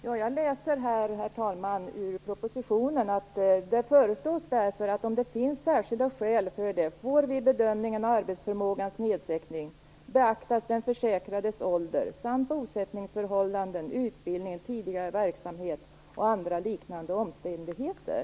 Herr talman! Jag läser ur propositionen, där det föreslås: "Om det finns särskilda skäl för det får vid bedömningen av arbetsförmågans nedsättning beaktas den försäkrades ålder samt bosättningsförhållanden, utbildning, tidigare verksamhet och andra liknande omständigheter."